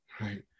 Right